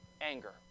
anger